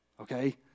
Okay